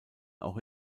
auch